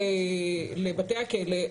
מגיע לבתי הכלא,